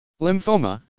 lymphoma